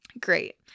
great